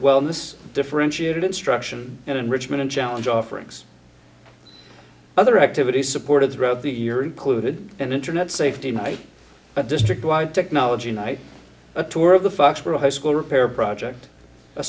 wellness differentiated instruction and enrichment and challenge offerings other activities supported throughout the year include an internet safety night but district wide technology night a tour of the foxboro high school repair project a